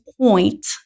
point